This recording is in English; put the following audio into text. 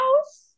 house